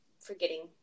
forgetting